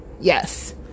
Yes